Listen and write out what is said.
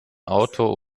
auto